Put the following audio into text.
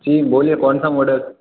जी बोलिए कौन सा मॉडल